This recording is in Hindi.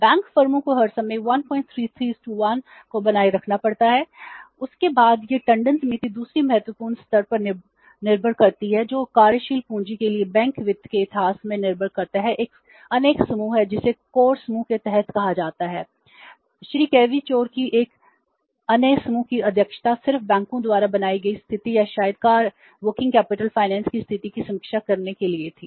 बैंक फर्मों को हर समय 133 1 को बनाए रखना पड़ता है उसके बाद यह टंडन समिति दूसरी महत्वपूर्ण स्तर पर निर्भर करती है जो कार्यशील पूंजी के लिए बैंक वित्त के इतिहास में निर्भर करता है एक अन्य समूह है जिसे कोर समूह के तहत कहा जाता था Shri K V Chore Mr V K Chore की एक अन्य समूह की अध्यक्षता सिर्फ बैंकों द्वारा बनाई गई स्थिति या शायद कार्यशील पूंजी वित्त की स्थिति की समीक्षा करने के लिए थी